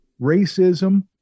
racism